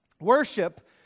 worship